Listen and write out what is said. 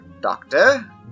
doctor